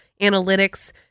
analytics